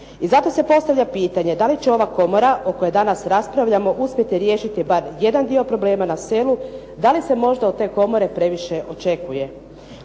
I zato se postavlja pitanje da li će ova komora o kojoj danas raspravljamo uspjeti riješiti bar jedan dio problema na selu, da li se možda od te komore previše očekuje?